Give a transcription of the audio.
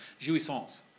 Jouissance